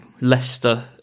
Leicester